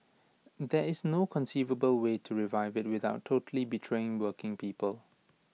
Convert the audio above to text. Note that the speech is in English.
there is no conceivable way to revive IT without totally betraying working people